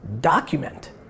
document